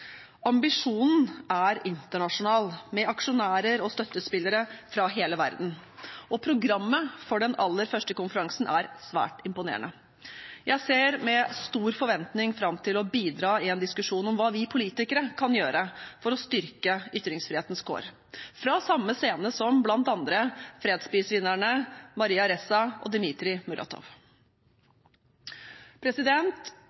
hele verden, og programmet for den aller første konferansen er svært imponerende. Jeg ser med stor forventning fram til å bidra i en diskusjon om hva vi politikere kan gjøre for å styrke ytringsfrihetens kår – fra samme scene som bl.a. fredsprisvinnerne Maria Ressa og